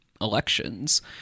elections